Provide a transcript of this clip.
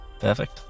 Perfect